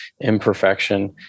imperfection